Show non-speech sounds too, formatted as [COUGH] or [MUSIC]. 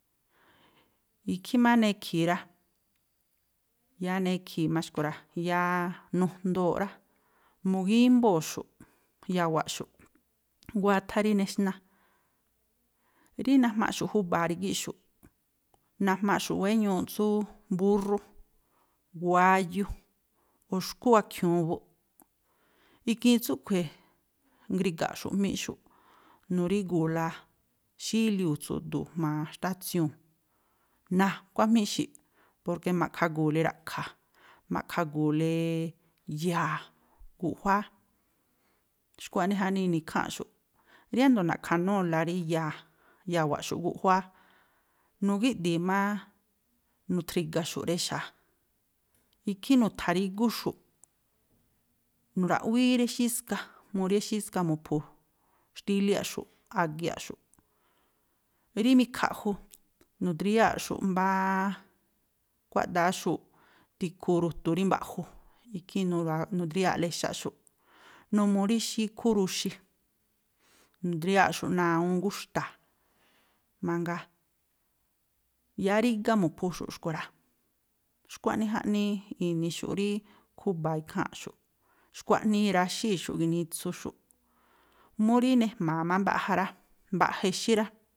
Ikhí má nekhi̱i̱ rá, yáá nekhi̱i̱ má xkui̱ rá, yáá nujndo̱o̱ꞌ rá, mu̱gímbóo̱xu̱ꞌ ya̱wa̱ꞌxu̱ꞌ nguáthá rí nexná. Rí najmaꞌxu̱ꞌ júba̱a rígíꞌxu̱ꞌ, najmaꞌxu̱ꞌ wéñuuꞌ tsú búrrú, wáyú, o̱ xkú a̱khiu̱un buꞌ. Ikhiin tsúꞌkhui̱ ngriga̱ꞌxu̱ꞌ jmíꞌxu̱ꞌ, nu̱rígu̱u̱la xíliuu̱ tsu̱du̱u̱ jma̱a xtátsiu̱u̱n, nakuá jmíꞌxi̱ꞌ, porke ma̱ꞌkhagu̱u̱le ra̱ꞌkha̱, ma̱ꞌkhagu̱u̱le ya̱a̱ guꞌjuáá. Xkua̱ꞌnii jaꞌnii i̱ni̱ ikháa̱nꞌxu̱ꞌ. Riándo̱ na̱ꞌkha̱núu̱la rí ya̱a̱, ya̱wa̱ꞌxu̱ꞌ guꞌjuáá, nu̱gíꞌdi̱i má nu̱thriga̱xu̱ꞌ rexa̱a, ikhí nu̱tha̱rígúxu̱ꞌ, nu̱raꞌwíí rí exíska, mu rí exíska mu̱phu̱ xtíliáꞌxu̱, a̱giaꞌxu̱ꞌ. Rí mikhaꞌju nu̱dríyáa̱ꞌxu̱ꞌ mbáá, kuáꞌdááxu̱ꞌ tikhu ru̱tu̱ rí mba̱ꞌju̱, ikhí [UNINTELLIGIBLE] nu̱dríyáa̱ꞌla exáꞌxu̱ꞌ, numuu rí xíkhú ruxi, nu̱dríyáa̱ꞌxu̱ꞌ náa̱ awúún gúxta̱a̱ mangaa. Yáá rígá mu̱phúxu̱ xkui̱ rá. Xkua̱ꞌnii jaꞌnii i̱ni̱xu̱ꞌ rí khúba̱a ikháa̱nꞌxu̱ꞌ, xkua̱ꞌnii i̱ráxíi̱xu̱ꞌ ginitsuxu̱ꞌ. Mú rí nejma̱a̱ má mbaꞌja rá, mbaꞌja exí rá.